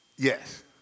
Yes